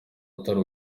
atari